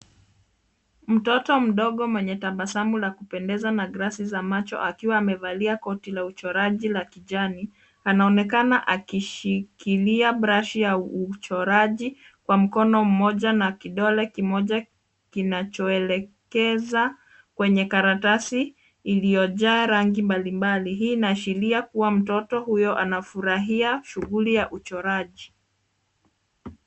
Mtoto mdogo mwenye tabasamu la kupendeza na glasi za macho akiwa amevalia koti la uchoraji la kijani, anaonekana akishikilia brushi ya uchoraji, kwa mkono mmoja na kidole kimoja kinachoelekeza kwenye karatasi, iliyojaa rangi mbalimbali. Hii inaashiria kuwa mtoto huyo anafurahia, shughuli ya uchoraji.